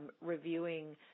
reviewing